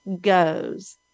goes